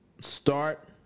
start